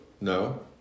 No